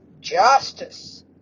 Justice